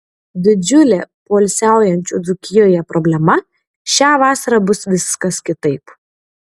didžiulė poilsiaujančių dzūkijoje problema šią vasarą bus viskas kitaip